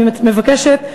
אני מבקשת,